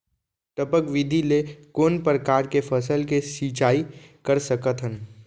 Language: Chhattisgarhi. टपक विधि ले कोन परकार के फसल के सिंचाई कर सकत हन?